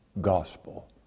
gospel